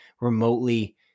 remotely